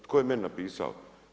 Tko je meni napisao?